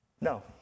No